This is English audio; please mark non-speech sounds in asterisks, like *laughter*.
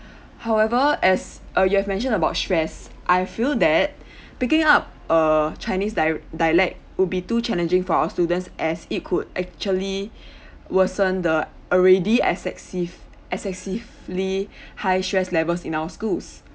*breath* however as uh you have mentioned about stress I feel that *breath* picking up uh chinese di~ dialect would be too challenging for our students as it could actually *breath* worsen the already excessive excessively *breath* high stress levels in our schools